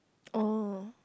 orh